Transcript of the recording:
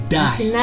die